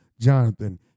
Jonathan